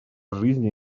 жизни